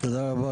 תודה רבה,